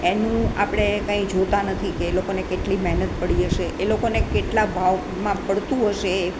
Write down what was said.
એનું આપણે કંઈ જોતાં નથી કે એ લોકોને કેટલી મહેનત પડી હશે એ લોકોને કેટલા ભાવમાં પડતું હશે એ